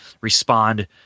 respond